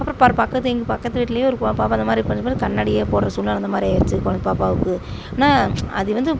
அப்றம் பக்கத்து எங் பக்கத்து வீட்டிலயும் ஒரு பாப்பா இந்தமாதிரி கண்ணாடியை போடுற சூழ்நில அந்தமாதிரி ஆகிருச்சி கொ பாப்பாவுக்கு ஆனால் அது வந்து